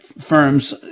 firms